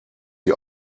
sie